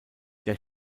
der